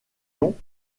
yon